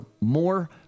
more